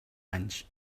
anys